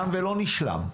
הדיון תם ולא נשלם.